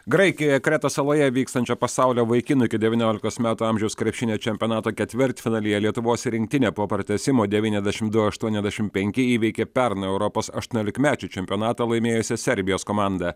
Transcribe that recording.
graikijoje kretos saloje vykstančio pasaulio vaikinų iki devyniolikos metų amžiaus krepšinio čempionato ketvirtfinalyje lietuvos rinktinė po pratęsimo devyniasdešim du aštuoniasdešim penki įveikė pernai europos aštuoniolikmečių čempionatą laimėjusią serbijos komandą